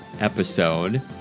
episode